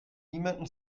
niemandem